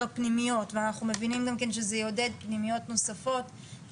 הפנימיות ואנחנו מבינים גם שזה יעודד פנימיות נוספות.